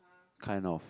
kind of